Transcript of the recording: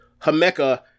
Hameka